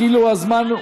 כאילו הזמן הוא,